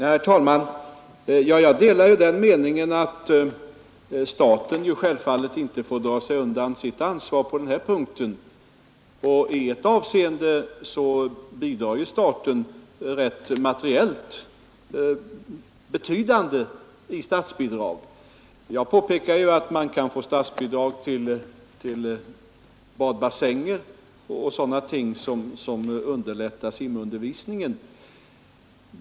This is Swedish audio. Herr talman! Jag delar meningen att staten självfallet inte får dra sig undan sitt ansvar på den här punkten. Och i ett avseende bidrar ju staten materiellt med rätt betydande statsbidrag; jag påpekade ju att man kan få statsbidrag till badbassänger och sådana ting som underlättar simundervisningen.